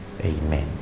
Amen